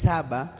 Saba